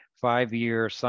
five-year